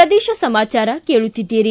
ಪ್ರದೇಶ ಸಮಾಚಾರ ಕೇಳುತ್ತೀದ್ದಿರಿ